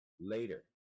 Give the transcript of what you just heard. later